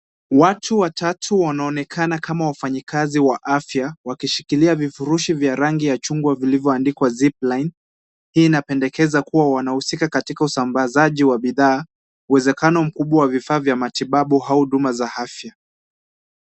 Watu watatu wanaonekana kama wafanyikazi wa afya, wakishikilia vifurushi vya rangi ya chungwa vilivyoandikwa zipline . Hii inapendekeza kuwa wanahusika katika usambazaji wa bidhaa, uwezekano mkubwa wa vifaa vya matibabu au huduma za afya.